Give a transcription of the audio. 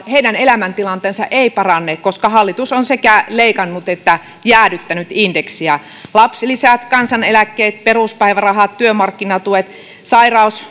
elämäntilanne ei parane koska hallitus on sekä leikannut että jäädyttänyt indeksejä lapsilisät kansaneläkkeet peruspäivärahat työmarkkinatuet sairaus